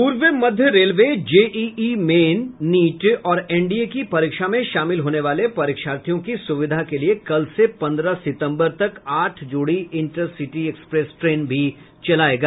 पूर्व मध्य railway JEE main NEET और एनडीए की परीक्षा में शामिल होने वाले परीक्षार्थियों की सुविधा के लिए कल से पन्द्रह सितम्बर तक आठ जोड़ी इंटरसिटी एक्सप्रेस ट्रेन भी चलायेगी